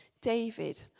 David